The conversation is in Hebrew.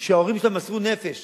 שההורים שלהם מסרו נפש